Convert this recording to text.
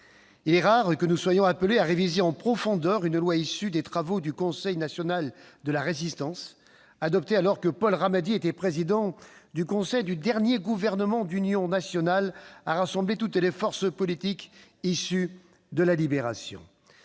Il est rare que nous soyons appelés à réviser en profondeur une loi issue des travaux du Conseil national de la Résistance, adoptée alors que Paul Ramadier était le Président du Conseil du dernier gouvernement d'union nationale, rassemblant toutes les forces politiques issues de la Libération